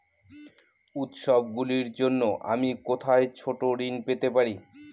উত্সবগুলির জন্য আমি কোথায় ছোট ঋণ পেতে পারি?